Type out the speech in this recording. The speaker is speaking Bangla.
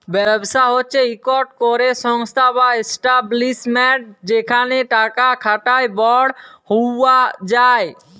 ব্যবসা হছে ইকট ক্যরে সংস্থা বা ইস্টাব্লিশমেল্ট যেখালে টাকা খাটায় বড় হউয়া যায়